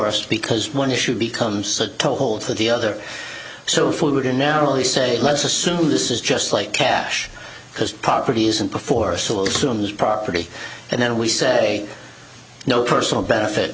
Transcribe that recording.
us because one issue becomes a toehold for the other so food and now only say let's assume this is just like cash because properties and before so it's rooms property and then we say no personal benefit